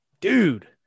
Dude